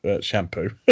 shampoo